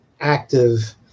active